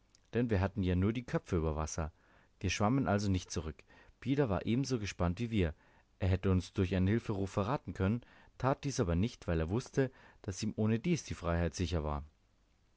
denn wir hatten ja nur die köpfe über wasser wir schwammen also nicht zurück pida war ebenso gespannt wie wir er hätte uns durch einen hilferuf verraten können tat dies aber nicht weil er wußte daß ihm ohnedies die freiheit sicher war